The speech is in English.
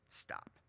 stop